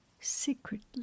secretly